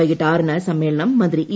വൈകിട്ട് ആറിന് സമ്മേളനം മന്ത്രി ഇ